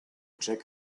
check